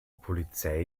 polizei